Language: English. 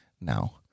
now